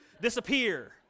disappear